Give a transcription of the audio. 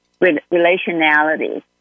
relationality